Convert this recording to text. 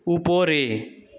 উপরে